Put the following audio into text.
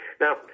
Now